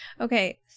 Okay